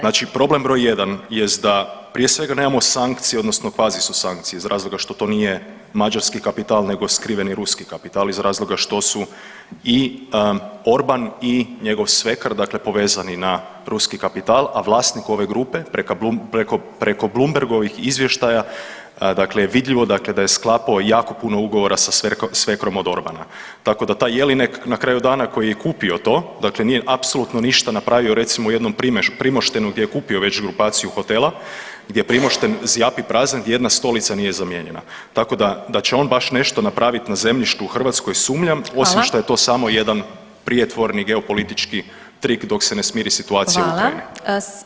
Znači problem broj jedan jest da prije svega nemamo sankcije odnosno kvazi su sankcije iz razloga što to nije mađarski kapital nego skriveni ruski kapital iz razloga što su i Orban i njegov svekar dakle povezani na ruski kapital, a vlasnik ove grupe preko Blumbergovih izvještaja dakle je vidljivo dakle da je sklapao jako puno ugovora sa svekrom od Orbana, tako da taj Jelinek na kraju dana koji je kupio to dakle nije apsolutno ništa napravio recimo u jednom Primoštenu gdje je kupio već grupaciju hotela, gdje Primošten zjapi prazan, gdje jedna stolica nije zamijenjena, tako da, da će on baš nešto napravit na zemljištu u Hrvatskoj sumnjam osim šta je to samo jedan prijetvorni geopolitički trik dok se ne smiri situacija u Ukrajini.